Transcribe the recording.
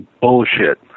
Bullshit